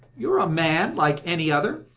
you are a man like any other,